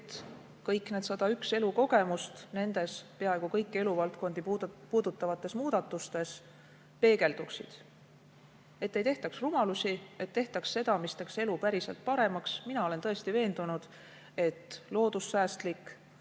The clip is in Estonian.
et kõik need 101 elukogemust nendes peaaegu kõiki eluvaldkondi puudutavates muudatustes peegelduksid, et ei tehtaks rumalusi, et tehtaks seda, mis teeks elu päriselt paremaks. Mina olen tõesti veendunud, et loodussäästlik,